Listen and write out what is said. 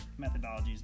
methodologies